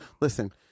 Listen